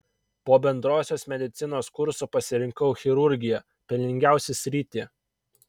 po bendrosios medicinos kurso pasirinkau chirurgiją pelningiausią sritį